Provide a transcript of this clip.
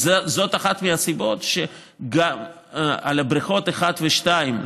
וזאת אחת מהסיבות שבבריכות 1 ו-2,